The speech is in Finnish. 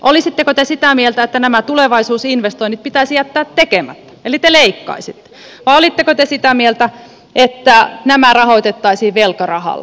olisitteko te sitä mieltä että nämä tulevaisuusinvestoinnit pitäisi jättää tekemättä eli te leikkaisitte vai olisitteko te sitä mieltä että nämä rahoitettaisiin velkarahalla